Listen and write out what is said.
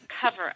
cover